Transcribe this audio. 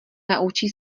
naučí